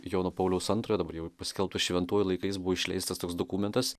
jono pauliaus antrojo dabar jau paskelbto šventuoju laikais buvo išleistas toks dokumentas